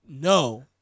no